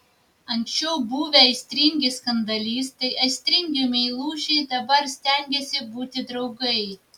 anksčiau buvę aistringi skandalistai aistringi meilužiai dabar stengėsi būti draugai